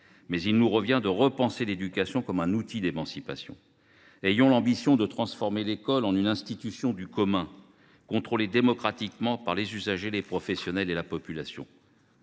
mais il nous revient de repenser l’éducation comme un outil d’émancipation. Ayons l’ambition de transformer l’école en une « institution du commun », contrôlée démocratiquement par les usagers, les professionnels et la population.